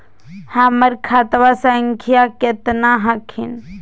हमर खतवा संख्या केतना हखिन?